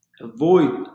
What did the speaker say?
avoid